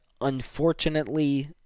unfortunately